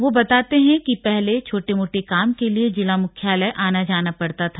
वो बताते हैं कि पहले छोटे मोटे काम के लिए जिला मुख्यालय आना जाना पड़ता था